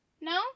No